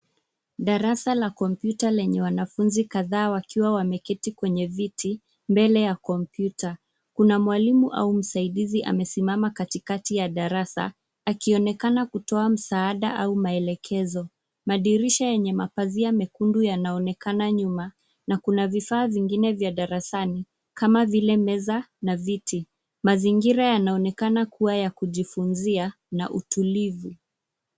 Darasa la kompyuta lenye wanafunzi kadhaa wakiwa wameketi kwenye viti mbele ya kompyuta. Kuna mwalimu au msaidizi amesimama katikati ya darasa, akionekana kutoa msaada au maelekezo. Madirisha yenye mapazia mekundu yanaonekana nyuma na kuna vifaa vingine vya darasani kama vile meza na viti. Mazingira yanaonekana kuwa yakujifunzia na utulivu.